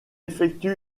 effectue